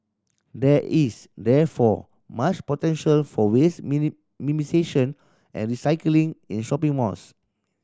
there is therefore much potential for waste minimisation and recycling in shopping malls